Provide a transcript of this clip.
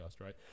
right